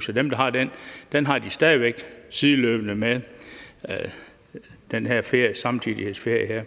så dem, der har den, har den stadig væk sideløbende med den her samtidighedsferie.